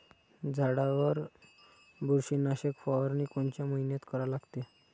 झाडावर बुरशीनाशक फवारनी कोनच्या मइन्यात करा लागते?